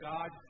God